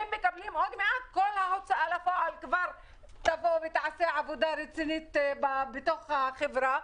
עוד מעט ההוצאה לפועל כבר תבוא ותעשה עבודה רצינית בתוך החברה.